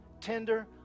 tender